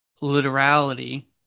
literality